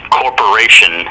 corporation